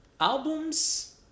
Albums